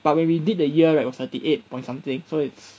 but when we did the ear right was thirty eight point something so it's